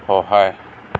সহায়